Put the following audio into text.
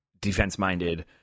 defense-minded